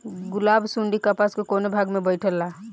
गुलाबी सुंडी कपास के कौने भाग में बैठे ला?